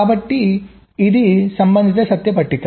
కాబట్టి ఇది సంబంధిత సత్య పట్టిక